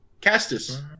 Castus